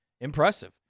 impressive